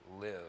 live